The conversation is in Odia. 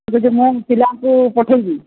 ଯଦି ମୁଁ ପିଲାଙ୍କୁ ପଠେଇବି